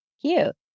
Cute